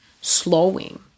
slowing